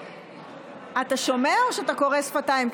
אתה שומע או שאתה קורא שפתיים?